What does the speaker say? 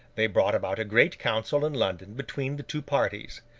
they brought about a great council in london between the two parties.